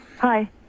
Hi